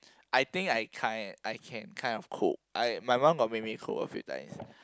I think I kind I can kind of cook I my mom got make me cook a few times